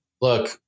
Look